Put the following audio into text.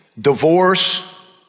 Divorce